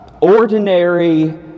ordinary